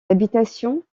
habitations